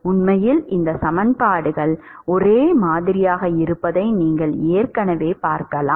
உண்மையில் இந்த சமன்பாடுகள் ஒரே மாதிரியாக இருப்பதை நீங்கள் ஏற்கனவே பார்க்கலாம்